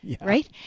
right